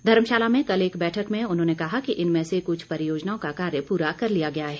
धर्मशाला में कल एक बैठक में उन्होंने कहा कि इनमें से कुछ परियोजनाओं का कार्य पूरा कर लिया गया है